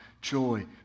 joy